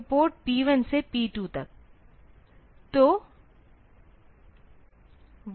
तो port P1 से P2 तक